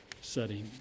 setting